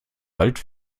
wald